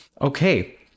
Okay